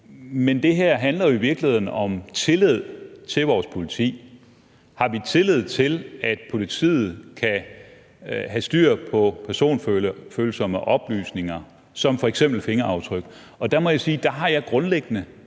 Men det her handler jo i virkeligheden om tillid til vores politi: Har vi tillid til, at politiet kan have styr på personfølsomme oplysninger som f.eks. fingeraftryk? Der må jeg sige, at jeg grundlæggende